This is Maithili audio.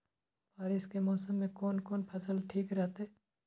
बारिश के मौसम में कोन कोन फसल ठीक रहते?